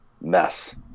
mess